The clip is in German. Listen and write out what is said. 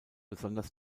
besonders